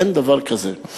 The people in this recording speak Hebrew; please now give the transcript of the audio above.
אין דבר כזה.